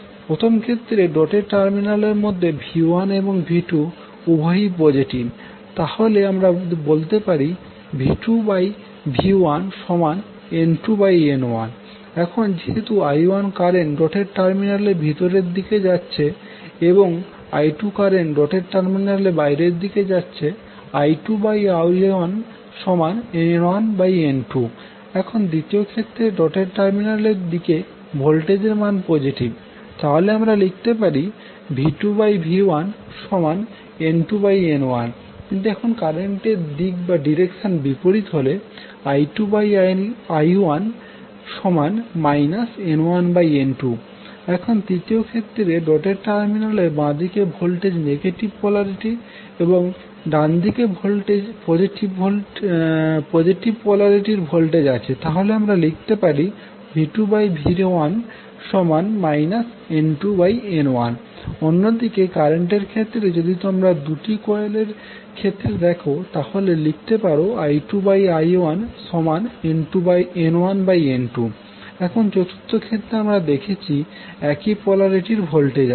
প্রথম ক্ষেত্রে dotted terminal এরমধ্যে V1এবং V2উভয়ই পজেটিভ তাহলে আমরা বলতে পারি V2V1N2N1 এখন যেহেতু I1কারেন্ট ডটেড টার্মিনালের ভিতরের দিকে যাচ্ছে এবং I2কারেন্ট ডটেড টার্মিনালের বাইরে বেরিয়ে যাচ্ছে I2I1N1N2 এখন দ্বিতীয় ক্ষেত্রে ডটেড টার্মিনালের এর দিকে ভোল্টেজ এর মান পজেটিভ তাহলে আমরা লিখতে পারি V2V1N2N1 কিন্তু এখানে কারেন্টের দিক বা দিরেকশন বিপরীত তাহলে I2I1 N1N2 এখন তৃতীয় ক্ষেত্রে ডটেড টার্মিনালের বাঁদিকে ভোল্টেজ নেগেটিভ পোলারিটির এবং ডানদিকে পজেটিভ পোলারিটির ভোল্টেজ আছে তাহলে আমরা লিখতে পারি V2V1 N2N1 অন্যদিকে কারেন্টের ক্ষেত্রে যদি তোমরা দুটি কোয়েলের ক্ষেত্রে দেখো তাহলে লিখতে পারো I2I1N1N2 এখন চতুর্থ ক্ষেত্রে আমরা দেখেছি একই পোলারিটির ভোল্টেজ আছে